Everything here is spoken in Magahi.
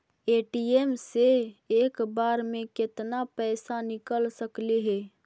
ए.टी.एम से एक बार मे केतना पैसा निकल सकले हे?